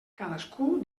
cadascú